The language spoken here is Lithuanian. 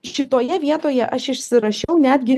šitoje vietoje aš išsirašiau netgi